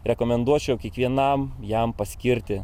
rekomenduočiau kiekvienam jam paskirti